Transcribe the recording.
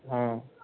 हँ